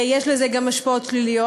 יש לזה גם השפעות שליליות.